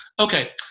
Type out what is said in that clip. Okay